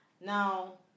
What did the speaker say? Now